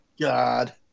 God